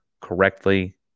correctly